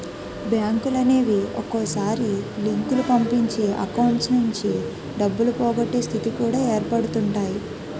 బ్యాంకులనేవి ఒక్కొక్కసారి లింకులు పంపించి అకౌంట్స్ నుంచి డబ్బులు పోగొట్టే స్థితి కూడా ఏర్పడుతుంటాయి